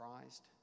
Christ